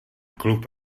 klub